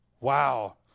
Wow